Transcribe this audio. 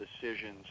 decisions